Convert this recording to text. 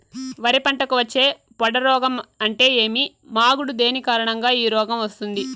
వరి పంటకు వచ్చే పొడ రోగం అంటే ఏమి? మాగుడు దేని కారణంగా ఈ రోగం వస్తుంది?